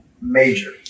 major